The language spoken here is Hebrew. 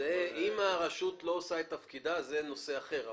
אם הרשות המקומית לא עושה את תפקידה, זה נושא אחר.